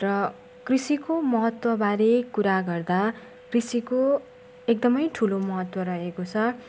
र कृषिको महत्त्वबारे कुरा गर्दा कृषिको एकदमै ठुलो महत्त्व रहेको छ